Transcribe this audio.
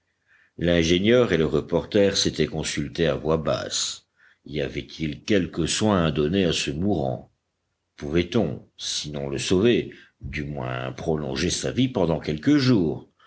l'ingénieur et le reporter s'étaient consultés à voix basse y avait-il quelque soin à donner à ce mourant pouvait-on sinon le sauver du moins prolonger sa vie pendant quelques jours